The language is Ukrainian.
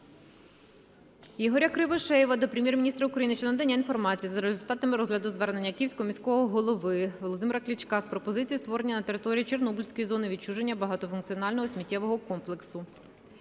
Ігоря Кривошеєва до Прем'єр-міністра України щодо надання інформації за результатами розгляду звернення Київського міського голови Володимира Кличка з пропозицією створення на території Чорнобильської зони відчуження багатофункціонального сміттєвого комплексу.